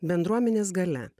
bendruomenės galia